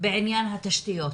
התשתיות